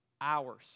hours